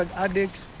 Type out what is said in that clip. like addicts,